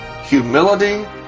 Humility